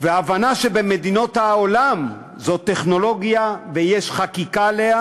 וההבנה שבמדינות העולם זו טכנולוגיה ויש חקיקה עליה,